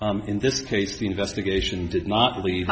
yes in this case the investigation did not believe